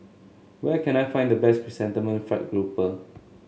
where can I find the best Chrysanthemum Fried Grouper